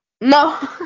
no